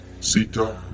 Sita